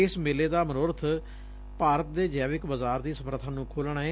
ਇਸ ਮੇਲੇ ਦਾ ਮਨੋਰਥ ਭਾਰਤ ਦੇ ਜੈਵਿਕ ਬਾਜ਼ਾਰ ਦੀ ਸਮਰੱਥਾ ਨੂੰ ਖੋਲੁਣਾ ਏ